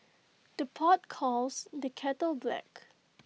the pot calls the kettle black